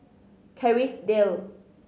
Kerrisdale